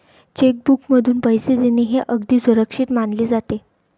check बुकमधून पैसे देणे हे अगदी सुरक्षित मानले जाते